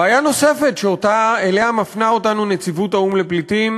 בעיה נוספת שאליה מפנה אותנו נציבות האו"ם לפליטים